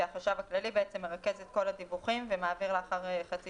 החשב הכללי מרכז את כל הדיווחים ומעביר לאחר חצי